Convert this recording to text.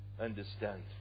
understand